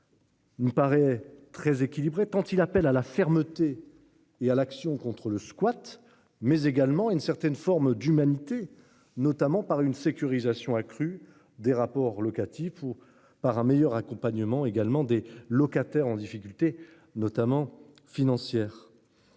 Il me paraît très équilibré quand il appelle à la fermeté. Et à l'action contre le squat mais également une certaine forme d'humanité notamment par une sécurisation accrue des rapports locatifs ou par un meilleur accompagnement également des locataires en difficultés, notamment financières.